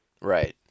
Right